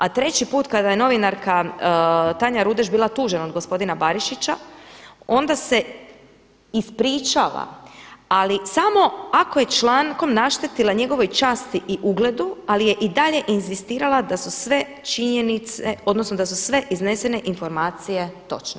A treći put kad je novinarka Tanja Rudež bila tužena od gospodina Barišića onda se ispričava ali samo ako je člankom naštetila njegovoj časti i ugledu ali je i dalje inzistirala da su sve činjenice odnosno da su sve iznesene informacije točne.